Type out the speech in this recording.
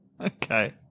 Okay